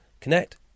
Connect